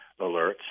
alerts